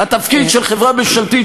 התפקיד של חברה ממשלתית,